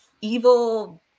evil